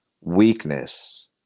Weakness